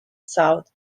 south